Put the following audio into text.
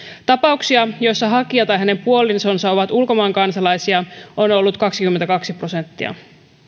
tapauksia joissa hakija tai hänen puolisonsa ovat ulkomaan kansalaisia on ollut kaksikymmentäkaksi prosenttia